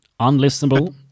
unlistenable